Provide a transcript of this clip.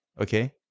Okay